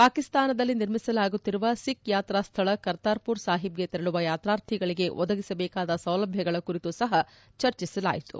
ಪಾಕಿಸ್ತಾನದಲ್ಲಿ ನಿರ್ಮಿಸಲಾಗುತ್ತಿರುವ ಸಿಖ್ ಯಾತ್ರಾಸ್ಥಳ ಕರ್ತಾರ್ಪುರ್ ಸಾಹೀಬ್ಗೆ ತೆರಳುವ ಯಾತ್ರಾರ್ಥಿಗಳಿಗೆ ಒದಗಿಸಬೇಕಾದ ಸೌಲಭ್ಯಗಳ ಕುರಿತು ಸಹ ಚರ್ಚಿಸಲಾಯಿತು